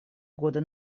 года